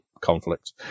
conflict